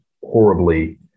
horribly